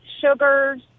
sugars